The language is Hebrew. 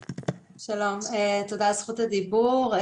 שלום, תודה על זכות הדיבור.